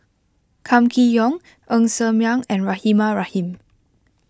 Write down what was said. Kam Kee Yong Ng Ser Miang and Rahimah Rahim